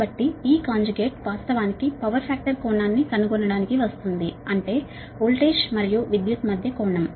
కాబట్టి ఈ కాంజుగేట్ వాస్తవానికి పవర్ ఫాక్టర్ కోణాన్ని కనుగొనడానికి వస్తుంది అంటే వోల్టేజ్ మరియు విద్యుత్ మధ్య కోణం